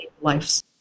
lives